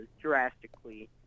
drastically